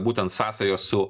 būtent sąsajos su